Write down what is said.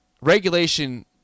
regulation